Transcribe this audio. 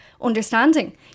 understanding